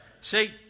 See